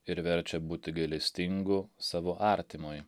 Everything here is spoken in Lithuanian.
ir verčia būti gailestingu savo artimui